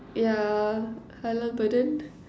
yeah halal burden